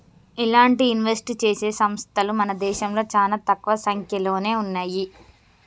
ఇలాంటి ఇన్వెస్ట్ చేసే సంస్తలు మన దేశంలో చానా తక్కువ సంక్యలోనే ఉన్నయ్యి